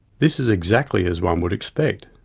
this is exactly as one would expect.